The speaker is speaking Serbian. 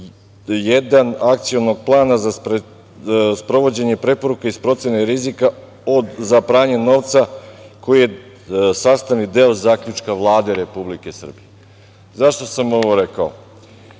1. Akcionog plana za sprovođenje preporuka iz procene rizika za pranje novca koji je sastavni deo Zaključka Vlade Republike Srbije.Zašto sam ovo rekao?